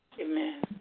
Amen